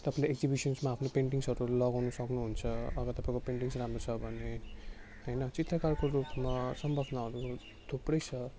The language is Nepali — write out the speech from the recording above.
तपाईँले एक्जिबिसन्समा आफ्नो पेन्टिङ्ग्सहरू लगाउनु सक्नुहुन्छ अगर तपाईँको पेन्टिङ्ग्स राम्रो छ भने होइन चित्रकारको रूपमा सम्भावनाहरू थुप्रै छ